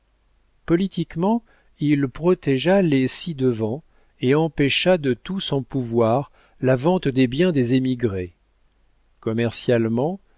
politiquement il protégea les ci-devant et empêcha de tout son pouvoir la vente des biens des émigrés commercialement